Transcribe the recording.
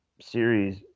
series